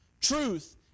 Truth